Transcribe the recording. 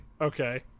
Okay